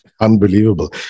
Unbelievable